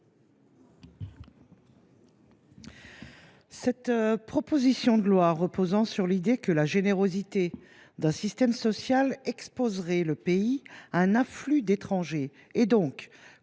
Cette proposition de loi repose sur l’idée que la générosité d’un système social exposerait le pays à un afflux d’étrangers. Selon